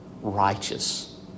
righteous